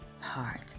heart